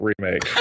remake